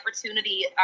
opportunity